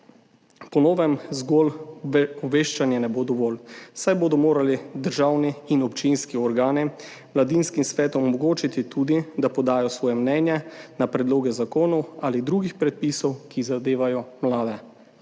Po novem zgolj obveščanje ne bo dovolj, saj bodo morali državni in občinski organi mladinskim svetom omogočiti tudi, da podajo svoje mnenje na predloge zakonov ali drugih predpisov, ki zadevajo mlade.